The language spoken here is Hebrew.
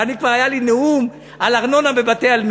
ואני כבר היה לי נאום על ארנונה על בתי-עלמין.